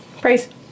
Praise